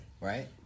Right